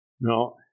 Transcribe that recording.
No